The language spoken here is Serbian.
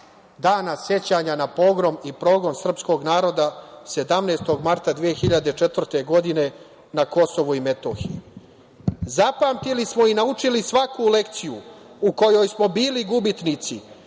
Dana sećanja na pogrom i progon srpskog naroda 17. marta 2004. godine na Kosovu i Metohiji. Zapamtili smo i načuli svaku lekciju u kojoj smo bili gubitnici,